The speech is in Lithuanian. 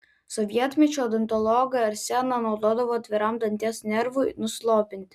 sovietmečiu odontologai arseną naudodavo atviram danties nervui nuslopinti